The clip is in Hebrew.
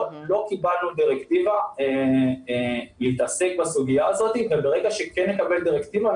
לא קיבלנו דירקטיבה להתעסק בסוגיה הזאת וברגע שכן נקבל דירקטיבה,